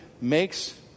makes